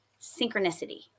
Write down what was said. synchronicity